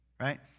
Right